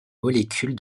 molécule